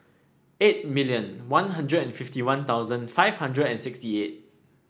eight million One Hundred and fifty One Thousand five hundred and sixty eight